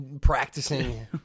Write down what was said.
practicing